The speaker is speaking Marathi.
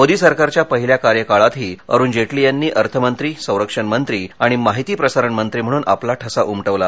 मोदी सरकारच्या पहिल्या कार्यकाळातही अरुण जेटली यांनी अर्थमंत्री संरक्षण मंत्री आणि माहिती प्रसारण मंत्री म्हणून आपला ठसा उमटवला